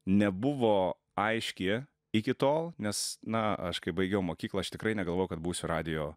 nebuvo aiški iki tol nes na aš kai baigiau mokyklą aš tikrai negalvojau kad būsiu radijo